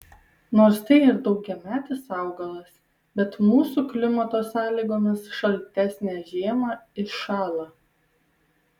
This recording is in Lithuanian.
nors tai ir daugiametis augalas bet mūsų klimato sąlygomis šaltesnę žiemą iššąla